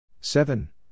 seven